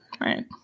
Right